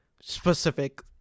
specific